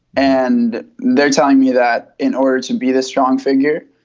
and they're telling me that in order to be this strong finger,